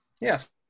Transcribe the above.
yes